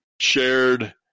shared